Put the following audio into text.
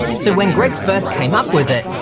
so when greg first came up with it,